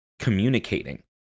communicating